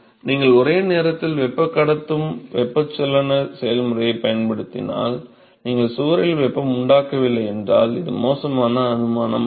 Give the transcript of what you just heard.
நீங்கள் ஒரே நேரத்தில் வெப்பக் கடத்தும் வெப்பச்சலன செயல்முறையைப் பயன்படுத்தினால் நீங்கள் சுவரில் வெப்பம் உண்டாக்கவில்லை என்றால் இது மோசமான அனுமானம் அல்ல